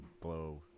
blow